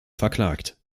verklagt